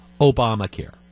Obamacare